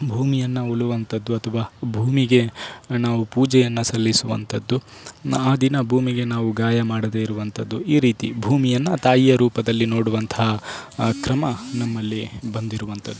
ಭೂಮಿಯನ್ನು ಉಳುವಂತದ್ದು ಅಥವಾ ಭೂಮಿಗೆ ನಾವು ಪೂಜೆಯನ್ನು ಸಲ್ಲಿಸುವಂತದ್ದು ಆ ದಿನ ಭೂಮಿಗೆ ನಾವು ಗಾಯ ಮಾಡದೇ ಇರುವಂತದ್ದು ಈ ರೀತಿ ಭೂಮಿಯನ್ನು ತಾಯಿಯ ರೂಪದಲ್ಲಿ ನೋಡುವಂತಹ ಕ್ರಮ ನಮ್ಮಲ್ಲಿ ಬಂದಿರುವಂತದ್ದು